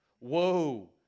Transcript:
woe